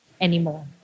anymore